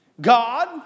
God